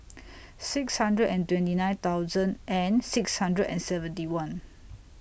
six hundred and twenty nine thousand and six hundred and seventy one